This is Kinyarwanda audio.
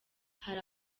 hari